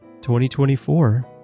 2024